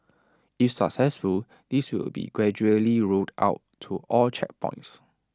if successful this will be gradually rolled out to all checkpoints